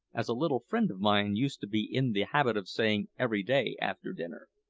as a little friend of mine used to be in the habit of saying every day after dinner.